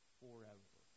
forever